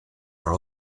are